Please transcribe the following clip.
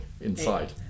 inside